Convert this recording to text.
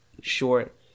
short